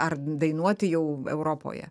ar dainuoti jau europoje